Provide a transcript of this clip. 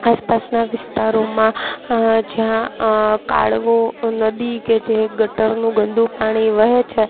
આસપાસના વિસ્તારોમાં જ્યાં કાળવો નદી કે જે ગટરનું ગંદુ પાણી વહે છે